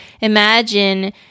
imagine